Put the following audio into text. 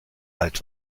alt